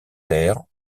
terres